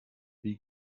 wie